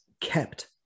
kept